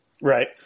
Right